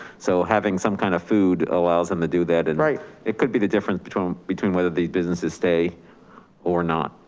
so having some kind of food allows them to do that and right. it could be the difference between between whether the businesses stay or not.